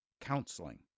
counseling